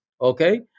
okay